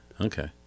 Okay